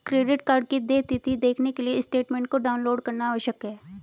credit card की देय तिथी देखने के लिए स्टेटमेंट को डाउनलोड करना आवश्यक है